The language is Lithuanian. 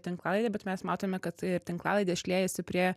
tinklalaidę bet mes matome kad ir tinklalaidės šliejasi prie